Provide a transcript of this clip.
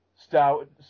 Stout